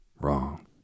wrong